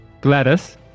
Gladys